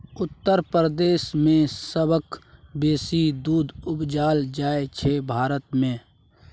उत्तर प्रदेश मे सबसँ बेसी दुध उपजाएल जाइ छै भारत मे